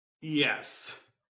Yes